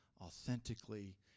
authentically